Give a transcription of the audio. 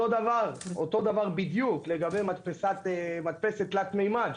אותו דבר בדיוק לגבי מדפסת תלת-ממד,